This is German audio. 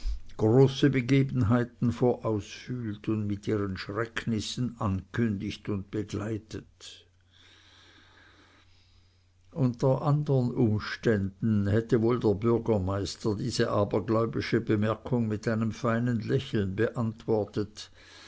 große begebenheiten vorausfühlt und mit ihren schrecknissen ankündigt und begleitet unter andern umständen hätte wohl der bürgermeister diese abergläubische bemerkung mit einem feinen lächeln beantwortet